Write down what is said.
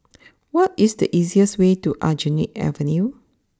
what is the easiest way to Aljunied Avenue